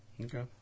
Okay